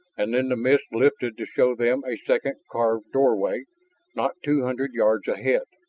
and then the mist lifted to show them a second carved doorway not two hundred yards ahead.